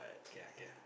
k lah k lah